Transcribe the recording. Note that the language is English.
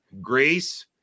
Grace